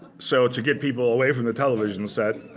so to get people away from the television set,